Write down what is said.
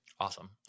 Awesome